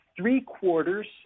three-quarters